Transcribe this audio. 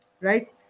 right